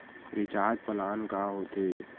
Recharge plan का होथे?